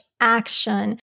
action